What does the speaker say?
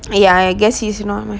ya I guess he's not